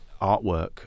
artwork